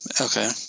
Okay